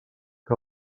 que